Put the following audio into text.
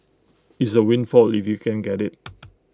it's A windfall if you can get IT